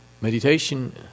Meditation